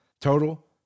total